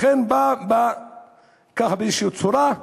לכן, כך בצורה כלשהי,